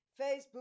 Facebook